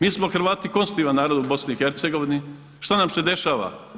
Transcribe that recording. Mi smo Hrvati konstitutivan narod u BiH, šta nam se dešava?